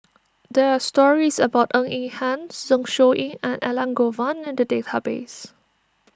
there are stories about Ng Eng Hen Zeng Shouyin and Elangovan in the database